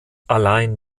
allein